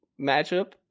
matchup